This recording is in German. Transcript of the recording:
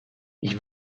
ich